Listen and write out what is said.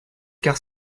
quart